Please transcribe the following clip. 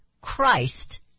Christ